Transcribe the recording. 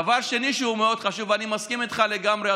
דבר שני שהוא מאוד חשוב: אני מסכים איתך לגמרי,